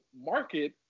market